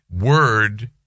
word